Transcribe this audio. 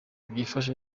byifashe